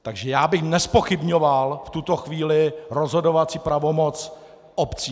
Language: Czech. Takže já bych nezpochybňoval v tuto chvíli rozhodovací pravomoc obcí.